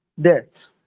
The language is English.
death